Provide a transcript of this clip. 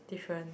different